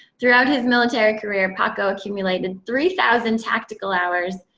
throughout his military career, paco accumulated three thousand tactical hours,